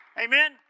Amen